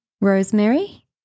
rosemary